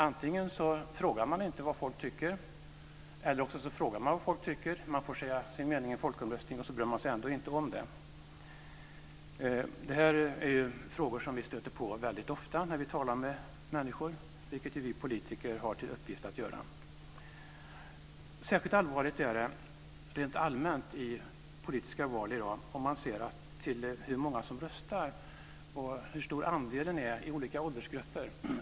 Antingen frågar man inte vad folk tycker, eller också frågar man vad folk tycker - folk får säga sin mening i en folkomröstning - och sedan bryr man sig ändå inte om det. Det här är frågor som vi stöter på väldigt ofta när vi talar med människor, vilket ju vi politiker har till uppgift att göra. Särskilt allvarligt är det rent allmänt i politiska val i dag om man ser till hur många som röstar och hur stor andelen är i olika åldersgrupper.